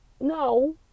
No